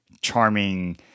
charming